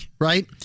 right